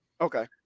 okay